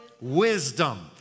Wisdom